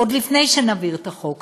עוד לפני שנעביר את החוק.